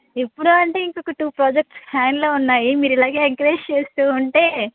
ఎప్పుడా అంటే ఇంకొక టూ ప్రాజెక్ట్స్ హ్యాండ్లో ఉన్నాయి మీరు ఇలాగే ఎంకరేజ్ చేస్తూ ఉంటే